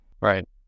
right